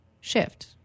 shift